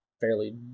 fairly